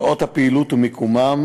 שעות הפעילות ומיקומן.